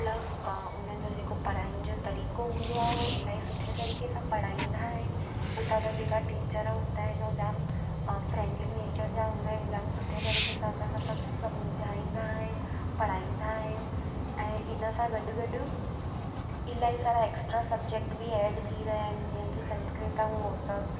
plus उन्हनि जो जेको पढ़ाइनि जो तरीक़ो हूंदो आहे उहो इलाही सुठे तरीक़े सां पढ़ाईंदा आहिनि हुता जा जेका टीचर हूंदा आहिनि उहे जाम फ्रैंडली नेचर जा हूंदा आहिनि जाम सुठे तरीक़े सां असां सां सभु सम्झाईंदा आहिनि पढ़ाईंदा आहिनि ऐं इन सां गॾु गॾु इलाही सारा एक्स्ट्रा सब्जैक्ट बि एड थी रहिया आहिनि जीअं कि संस्कृत ऐं उहे सभु